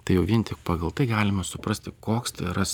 tai jau vien tik pagal tai galima suprasti koks tai yra